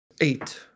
Eight